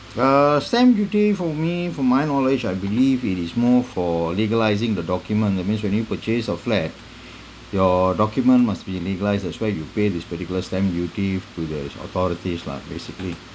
uh stamp duty for me from my knowledge I believe it is more for legalising the document that means when you purchase your flat your document must be legalised that's why you pay this particular stamp duty to the authorities lah basically